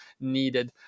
needed